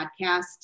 podcast